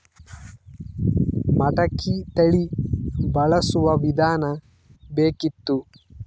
ಮಟಕಿ ತಳಿ ಬಳಸುವ ವಿಧಾನ ಬೇಕಿತ್ತು?